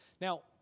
Now